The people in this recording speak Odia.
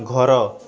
ଘର